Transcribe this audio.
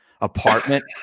apartment